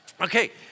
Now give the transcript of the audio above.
Okay